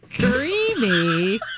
Creamy